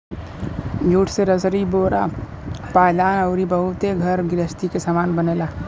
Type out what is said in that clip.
jute से रसरी बोरा पायदान अउरी बहुते घर गृहस्ती के सामान बनेला